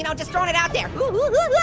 you know just throwing it out there. ooh,